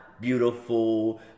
beautiful